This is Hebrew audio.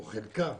או חלקה,